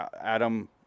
Adam